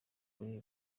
kuri